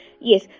Yes